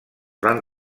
van